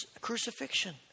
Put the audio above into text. crucifixion